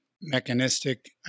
mechanistic